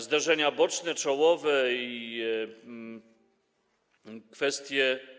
Zderzenia boczne, czołowe i kwestie.